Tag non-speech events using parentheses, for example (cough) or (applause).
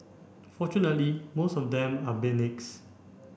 fortunately most of them are (unintelligible)